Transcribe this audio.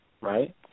Right